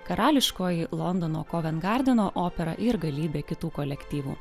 karališkoji londono koven gardeno opera ir galybė kitų kolektyvų